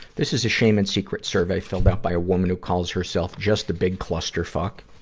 this is a shame and secret survey filled out by a woman who calls herself just a big clusterfuck.